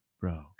bro